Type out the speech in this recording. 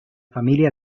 familia